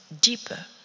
deeper